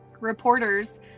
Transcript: Reporters